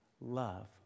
love